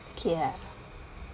okay ah